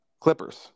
Clippers